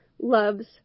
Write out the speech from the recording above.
loves